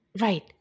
Right